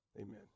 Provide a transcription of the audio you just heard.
amen